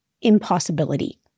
impossibility